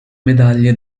medaglie